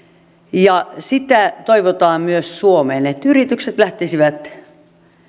ja sitä toivotaan myös suomeen että yritykset lähtisivät